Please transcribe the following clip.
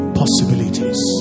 possibilities